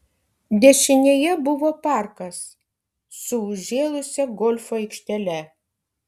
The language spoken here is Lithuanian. dešinėje buvo parkas su užžėlusia golfo aikštele